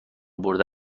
برده